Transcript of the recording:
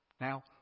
now